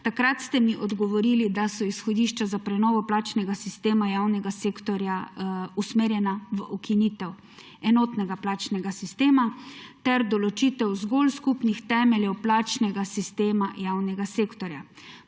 Takrat ste mi odgovorili, da so izhodišča za prenovo plačnega sistema javnega sektorja usmerjena v ukinitev enotnega plačnega sistema ter določitev zgolj skupnih temeljev plačnega sistema javnega sektorja.